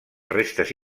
restes